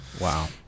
Wow